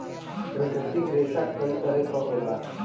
प्राकृतिक रेसा कई तरे क होला